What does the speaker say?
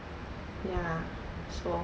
ya so